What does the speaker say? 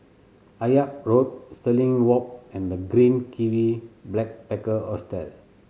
Akyab Road Stirling Walk and The Green Kiwi Backpacker Hostel